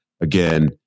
again